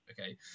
okay